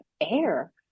air